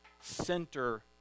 center